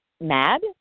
mad